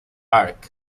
arq